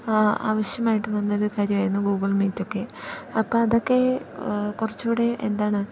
ആവശ്യമായിട്ട് വന്നൊരു കാര്യമായിരുന്നു ഗൂഗിൾ മീറ്റ് ഒക്കെ അപ്പം അതൊക്കെ കുറച്ചുകൂടെയും എന്താണ്